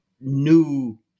new